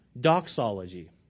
doxology